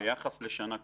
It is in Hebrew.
ביחס לשנה קודמת.